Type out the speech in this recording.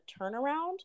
turnaround